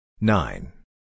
Nine